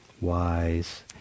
wise